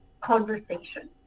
conversation